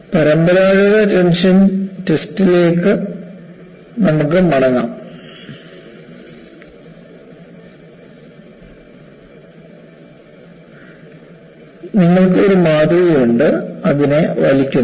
പരമ്പരാഗത ടെൻഷൻ ടെസ്റ്റിലേക്ക് നമുക്ക് മടങ്ങാം നിങ്ങൾക്ക് ഒരു മാതൃകയുണ്ട് അതിനെ വലിക്കുന്നു